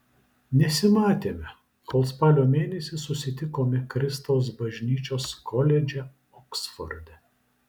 nesimatėme kol spalio mėnesį susitikome kristaus bažnyčios koledže oksforde